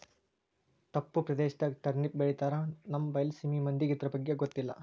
ತಪ್ಪು ಪ್ರದೇಶದಾಗ ಟರ್ನಿಪ್ ಬೆಳಿತಾರ ನಮ್ಮ ಬೈಲಸೇಮಿ ಮಂದಿಗೆ ಇರ್ದಬಗ್ಗೆ ಗೊತ್ತಿಲ್ಲ